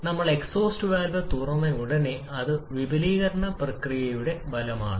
എന്നാൽ നമ്മൾ exhaust valve തുറന്നയുടനെ അത് വിപുലീകരണ പ്രക്രിയയുടെ ഫലമാണ്